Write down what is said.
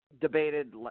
debated